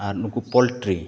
ᱟᱨ ᱱᱩᱠᱩ ᱯᱚᱞᱴᱨᱤ